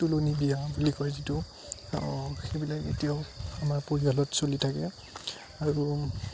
তোলনী বিয়া বুলি কয় যিটো সেইবিলাক এতিয়াও আমাৰ পৰিয়ালত চলি থাকে আৰু